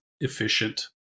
efficient